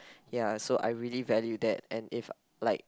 ya so I really value that and if like